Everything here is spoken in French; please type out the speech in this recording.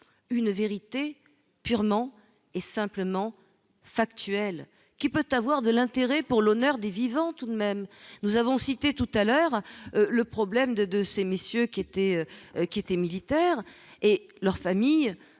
une vérité purement et simplement factuel qui peut avoir de l'intérêt pour l'honneur des vivants tout de même, nous avons cité tout à l'heure, le problème de de ces messieurs qui était, qui était militaires et leurs familles,